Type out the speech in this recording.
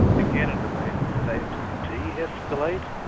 again, an amazing statement. de-escalate?